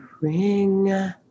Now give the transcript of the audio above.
ring